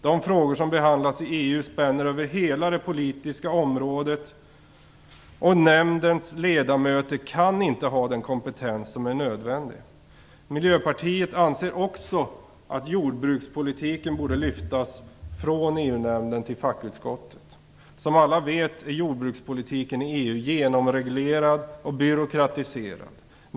De frågor som behandlas i EU spänner över hela det politiska fältet, och nämndens ledamöter kan inte ha den kompetens som är nödvändig. Miljöpartiet anser att även jordbrukspolitiken borde lyftas från EU-nämnden till fackutskottet. Som alla vet är jordbrukspolitiken i EU genomreglerad och byråkratiserad.